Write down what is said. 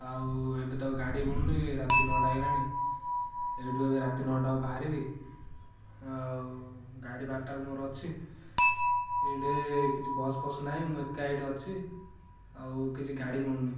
ଆଉ ଏବେ ତ ଗାଡ଼ି ମିଳୁନି ରାତି ନଅଟା ହେଇଗଲାଣି ଏଇଠୁ ଏବେ ରାତି ନଅଟାକୁ ବାହାରିବି ଆଉ ଗାଡ଼ି ବାରଟାକୁ ମୋର ଅଛି ଏଇଠି କିଛି ବସ୍ଫସ୍ ନାହିଁ ମୁଁ ଏକା ଏଇଠି ଅଛି ଆଉ କିଛି ଗାଡ଼ି ମିଳୁନି